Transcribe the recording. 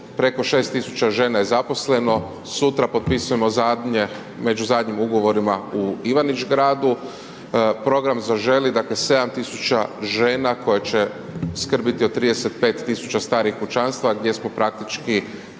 preko 6.000 žena je zaposleno, sutra potpisujemo zadnje, među zadnjim ugovorima u Ivanić Gradu. Program Zaželi dakle 7.000 žena koje će skrbiti o 35.000 starijih pučanstva gdje smo praktički